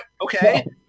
Okay